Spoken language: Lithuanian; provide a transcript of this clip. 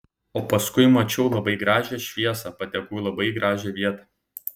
o paskui mačiau labai gražią šviesą patekau į labai gražią vietą